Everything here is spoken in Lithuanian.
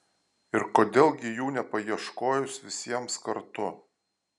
ir kodėl gi jų nepaieškojus visiems kartu